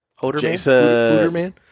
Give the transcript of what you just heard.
Hoderman